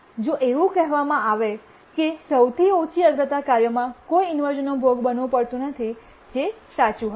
જો એવું કહેવામાં આવે છે કે સૌથી ઓછી અગ્રતા કાર્યમાં કોઈ ઇન્વર્શ઼નનો ભોગ બનવું પડતું નથી જે સાચું હશે